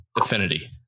affinity